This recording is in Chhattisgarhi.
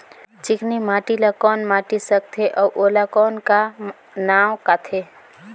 चिकनी माटी ला कौन माटी सकथे अउ ओला कौन का नाव काथे?